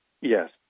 Yes